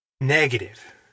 negative